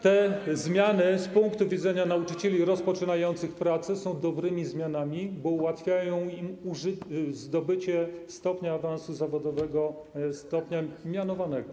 Te zmiany z punktu widzenia nauczycieli rozpoczynających pracę są dobrymi zmianami, bo ułatwiają im zdobycie stopnia awansu zawodowego, stopnia nauczyciela mianowanego.